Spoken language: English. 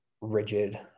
rigid